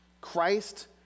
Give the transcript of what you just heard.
Christ